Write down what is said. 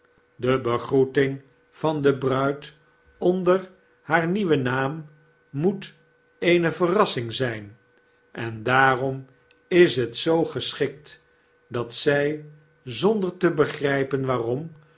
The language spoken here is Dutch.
de begroeting van de bruid onderhaarnieuwen naam moet eene verrassing zyn en daarom is het zoo geschikt dat zy zonder te begrypen waarom